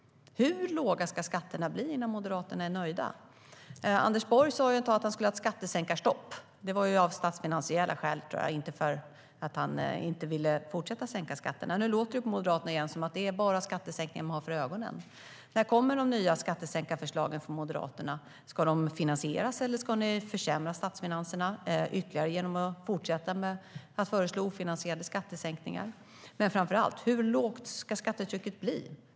Hur låga ska skatterna bli innan Moderaterna är nöjda? Anders Borg sa ett tag att det skulle finnas ett skattesänkningsstopp, men det tror jag var av statsfinansiella skäl och inte för att han inte ville fortsätta sänka skatterna. Nu låter det återigen på Moderaterna som att det bara är skattesänkningar de har för ögonen. När kommer de nya skattesänkningsförslagen från Moderaterna? Ska de finansieras, eller ska ni försämra statsfinanserna ytterligare genom att fortsätta föreslå ofinansierade skattesänkningar? Framför allt undrar jag hur lågt skattetrycket ska bli.